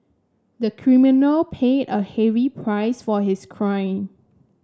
the criminal paid a heavy price for his crime